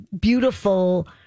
beautiful